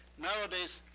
nowadays,